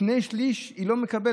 שני שלישים היא לא מקבלת.